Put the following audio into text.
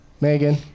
Megan